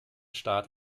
start